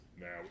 now